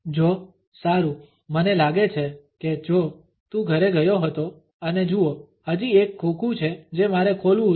જો સારું મને લાગે છે કે જો તુ ઘરે ગયો હતો અને જુઓ હજી એક ખોખું છે જે મારે ખોલવું છે